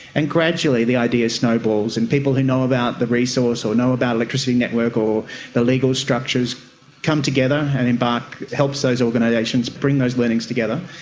and gradually the idea snowballs and people who know about the resource or know about electricity network or the legal structures come together, and embark helps those organisations bring those learnings together.